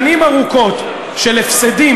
לגנוב כספי ציבור, זה לא לגיטימי.